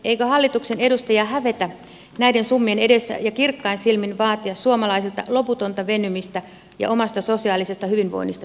eikö hallituksen edustajia hävetä näiden summien edessä kirkkain silmin vaatia suomalaisilta loputonta venymistä ja omasta sosiaalisesta hyvinvoinnista tinkimistä